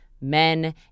men